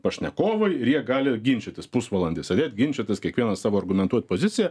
pašnekovai ir jie gali ginčytis pusvalandį sėdėt ginčytis kiekvienas savo argumentuot poziciją